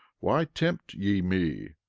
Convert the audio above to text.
why tempt ye me?